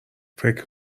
فکر